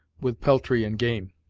with peltry and game.